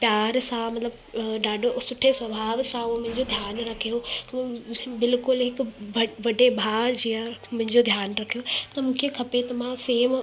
प्यार सां मतिलबु ॾाढो सुठो स्वभाव सां उहो मुंहिंजो ध्यानु रखियो बिल्कुलु हिक ब वॾे भाउ जीअं मुंहिंजो ध्यानु रखियो मूंखे खपे त मां सेम